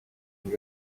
and